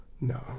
No